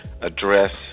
address